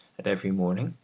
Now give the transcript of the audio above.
and every morning,